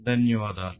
ధన్యవాదాలు